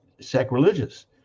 Sacrilegious